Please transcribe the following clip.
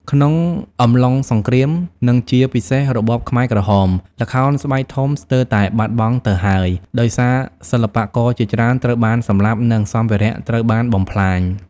ក្នុងអំឡុងសង្គ្រាម និងជាពិសេសរបបខ្មែរក្រហម ល្ខោនស្បែកធំស្ទើរតែបាត់បង់ទៅហើយ ដោយសារសិល្បករជាច្រើនត្រូវបានសម្លាប់ និងសម្ភារៈត្រូវបានបំផ្លាញ ។